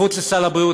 מחוץ לסל הבריאות,